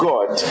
God